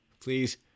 Please